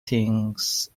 things